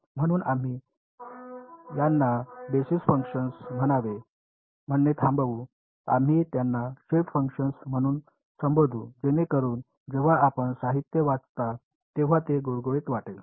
म्हणून आम्ही त्यांना बेसिक फंक्शन्स म्हणणे थांबवू आम्ही त्यांना शेप फंक्शन्स म्हणून संबोधू जेणेकरून जेव्हा आपण साहित्य वाचता तेव्हा ते गुळगुळीत वाटेल